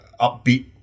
upbeat